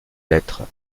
lettres